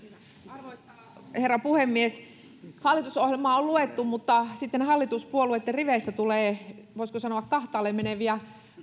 arvoisa herra puhemies hallitusohjelma on luettu mutta sitten hallituspuolueitten riveistä tulee voisiko sanoa kahtaalle meneviä